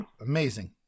amazing